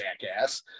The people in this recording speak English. jackass